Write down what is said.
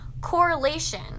Correlation